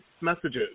messages